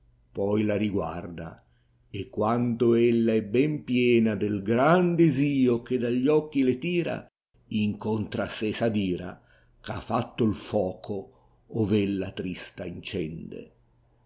poi la riguarda e quando ella è ben piena del gran desicf che dagli occhi le tira incontra a sé s adira c ha fatto il foco ove ella trista incende